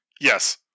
Yes